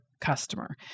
customer